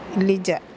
Lija